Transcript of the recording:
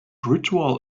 ritual